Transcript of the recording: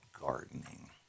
gardening